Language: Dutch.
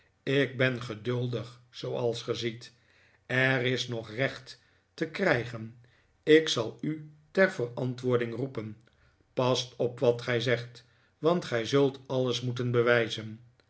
ik ben geduldig zooals ge ziet er is nog recht te krijgen ik zal u ter verantwoording roepen past op wat gij zegt want gij zult alles moeten bewijzen